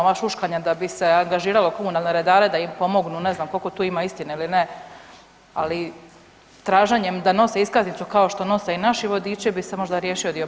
Ova šuškanja da bi se angažiralo komunalne redare da im pomognu ne znam koliko tu ima istine ili ne, ali traženjem da nose iskaznicu kao što nose i naši vodiči bi se možda riješio dio problema.